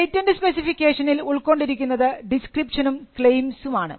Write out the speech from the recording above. patent സ്പെസിഫിക്കേഷനിൽ ഉൾക്കൊണ്ടിരിക്കുന്നത് ഡിസ്ക്രിപ്ഷനും ക്ലെയിംസും ആണ്